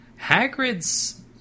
Hagrid's